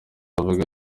avuga